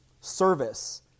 Service